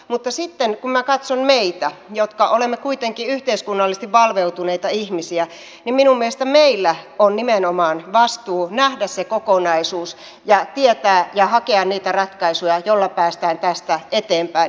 mutta sitten kun minä katson meitä jotka olemme kuitenkin yhteiskunnallisesti valveutuneita ihmisiä niin minun mielestäni meillä on nimenomaan vastuu nähdä se kokonaisuus ja tietää ja hakea niitä ratkaisuja joilla päästään tästä eteenpäin